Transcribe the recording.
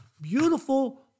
beautiful